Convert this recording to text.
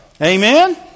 Amen